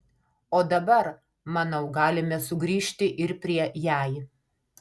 o dabar manau galime sugrįžti ir prie jei